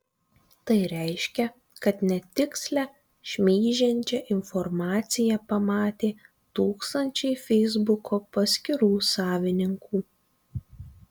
tai reiškia kad netikslią šmeižiančią informaciją pamatė tūkstančiai feisbuko paskyrų savininkų